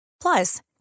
Plus